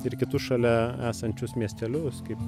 ir kitus šalia esančius miestelius kaip